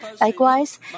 Likewise